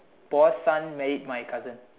boss son married my cousin